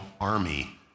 army